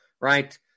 right